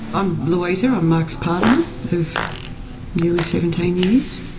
i'm louisa, i'm mark's partner of nearly seventeen years.